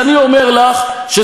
לקחו